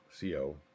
CO